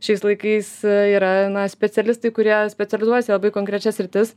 šiais laikais yra specialistai kurie specializuojasi į labai konkrečias sritis